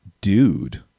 dude